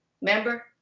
remember